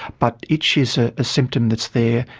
but itch is a ah symptom that's there,